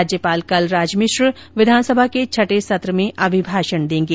राज्यपाल कलराज मिश्र विधान सभा के छठे सत्र में अभिभाषण देंगे